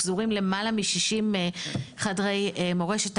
פזורים למעלה משישים חדרי מורשת,